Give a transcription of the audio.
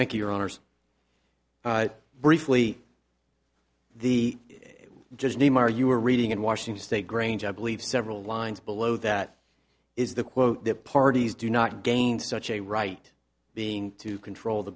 thank your honour's briefly the just name are you were reading in washington state grange i believe several lines below that is the quote that parties do not gain such a right being to control the